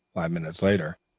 five minutes later,